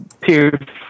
period